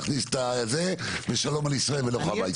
להכניס את הזה ושלום על ישראל ולכו הביתה.